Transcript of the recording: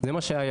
זה מה שהיה.